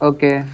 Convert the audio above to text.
Okay